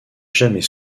jamais